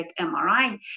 MRI